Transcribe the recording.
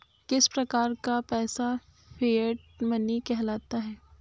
किस प्रकार का पैसा फिएट मनी कहलाता है?